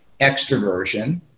extroversion